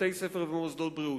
בתי-ספר ומוסדות בריאות.